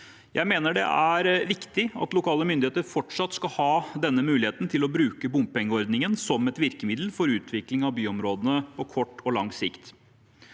Jeg mener det er viktig at lokale myndigheter fortsatt skal ha denne muligheten til å bruke bompengeordningen som et virkemiddel for utvikling av byområdene på kort og lang sikt.